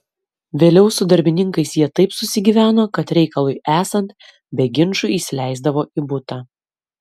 vėliau su darbininkais jie taip susigyveno kad reikalui esant be ginčų įsileisdavo į butą